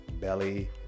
belly